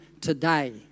today